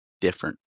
different